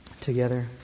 together